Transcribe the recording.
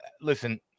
Listen